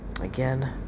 again